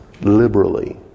liberally